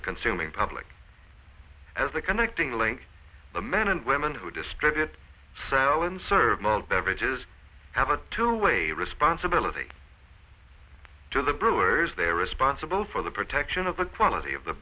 the consuming public as the connecting link the men and women who distribute serve all beverages have a two way responsibility to the brewers they are responsible for the protection of the quality of the